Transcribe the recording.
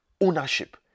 ownership